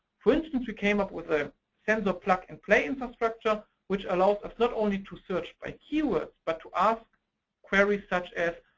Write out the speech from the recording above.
for instance, we came up with a sensor plug and play infrastructure which allows us not only to search by keyword, but to ask queries such as,